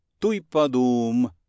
tuipadum